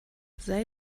sei